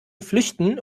flüchten